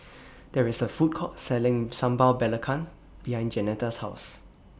There IS A Food Court Selling Sambal Belacan behind Jeanetta's House